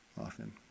often